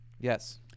Yes